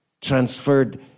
Transferred